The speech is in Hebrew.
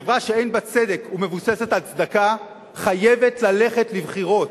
חברה שאין בה צדק ומבוססת על צדקה חייבת ללכת לבחירות,